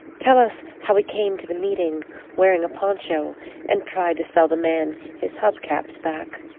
tell us how he came to the meeting wearing a poncho and tried to sell the man his hubcaps back.